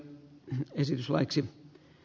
esitys laiksi